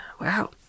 Wow